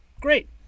great